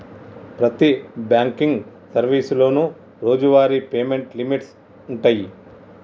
ప్రతి బాంకింగ్ సర్వీసులోనూ రోజువారీ పేమెంట్ లిమిట్స్ వుంటయ్యి